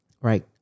Right